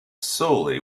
solely